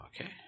Okay